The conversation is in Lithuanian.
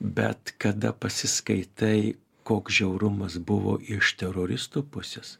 bet kada pasiskaitai koks žiaurumas buvo iš teroristų pusės